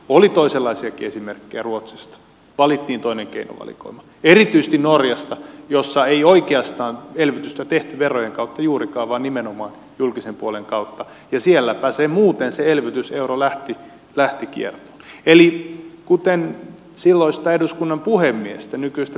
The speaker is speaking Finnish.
oli toisenlaisiakin esimerkkejä ruotsista valittiin toinen keinovalikoima erityisesti norjasta missä ei oikeastaan elvytystä tehty verojen kautta juurikaan vaan nimenomaan julkisen puolen kautta ja sielläpä muuten se elvytyseuro lähti läikkiä eli kuten silloista eduskunnan puhemiestä kiertoon